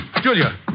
Julia